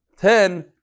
ten